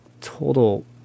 total